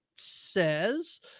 says